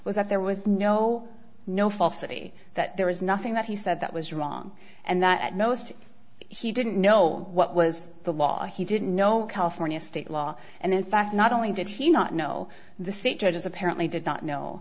that there was no no falsity that there was nothing that he said that was wrong and that most he didn't know what was the law he didn't know california state law and in fact not only did he not know the state judges apparently did not know